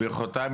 ברכותיי.